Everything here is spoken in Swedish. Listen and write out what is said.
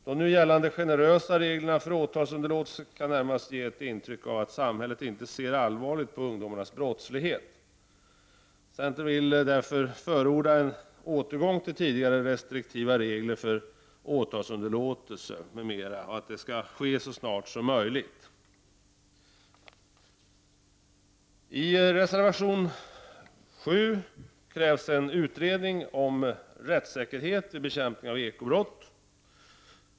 De nu gällande generösa reglerna för åtalsunderlåtelse kan närmast ge ett intryck av att samhället inte ser allvarligt på ungdomarnas brottslighet. Centern vill därför förorda en återgång till tidigare restriktiva regler för åtalsunderlåtelse m.m. och att det skall ske så snabbt som möjligt. I reservation nr 7 krävs en utredning om rättssäkerheten vid bekämpning av Eko-brott.